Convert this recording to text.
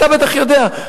אתה בטח יודע,